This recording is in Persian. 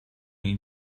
این